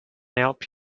help